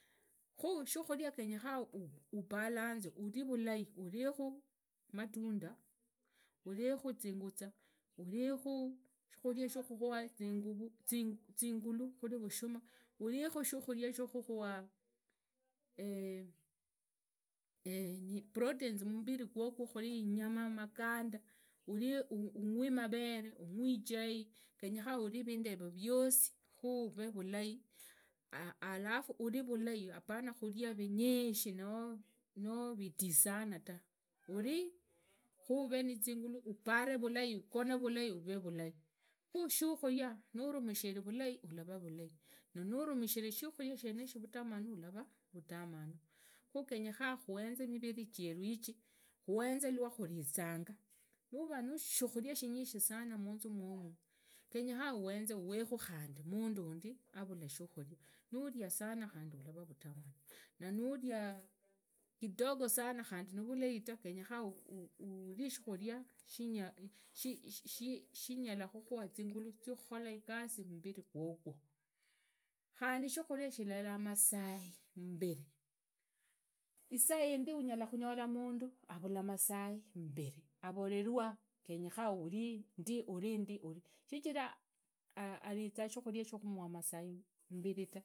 Khushukuria qenyekhana ubalanze qenyekhana uri vulai urithu matunda urithu zinguza urithu shikhuria sjikhua zingulu khuri kushuma urithu shikhuria shukhukhuwa iproteins khumbiri qwegwo inyama maganda urikhu ugwi mavere ugwi ichai genyekhana uri nindu yevo viosi khu uvee vulai alafu urie vulai apana urii vinyishi noo viti sana tu urie khuvee nizingulu uharee vulai uvee vulai ugone ulai khushukhuria nuvumishire vulai alava vulai na nurumishire shutihula ishi vutamanu ulava vutamaanu kina geye khana khuenze mbirir jieru iji khuenze lwakhurizanga uhenze khandi uwekhu mundu wandi avula shukhuria nuria sana khandi shulava vulai ta, gemyetiha uri shukhulia shinyala khukhawa zinyulu zikhutihola igasi mbiri qwoqwo khundi shikhuria shierela masai mumbiri isuindi unyala khunyola mundu avala masai mumbiri arolewa genyetihana uri ndi uri ndi shichira ariza shukhuria shakhumuwa masaai mumbiri tu